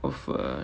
of uh